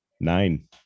Nine